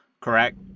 correct